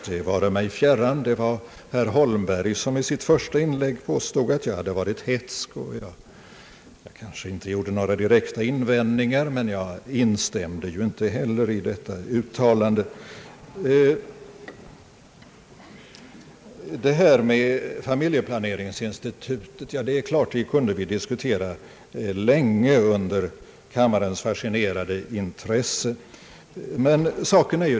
Det vare mig fjärran. Det var herr Holmberg som i sitt första inlägg påstod att jag hade varit hätsk. Jag kanske inte gjorde några direkta invändningar, men jag instämde ju inte heller i detta uttalande. Frågan om familjeplaneringsinstitutet kunde vi naturligtvis diskutera länge under kammarens fascinerande intresse.